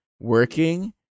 working